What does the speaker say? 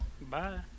bye